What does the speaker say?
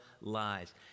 lies